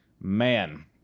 Man